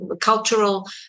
cultural